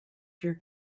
your